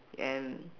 and